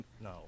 No